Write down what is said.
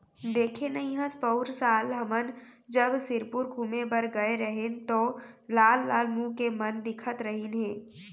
देखे नइ हस पउर साल हमन जब सिरपुर घूमें बर गए रहेन तौ लाल लाल मुंह के मन दिखत रहिन हे